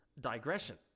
digression